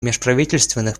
межправительственных